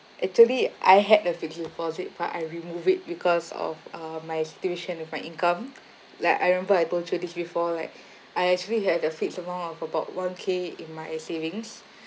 actually I had a fixed deposit but I removed it because of uh my situation with my income like I remember I told you this before like I actually had a fixed amount of about one K in my savings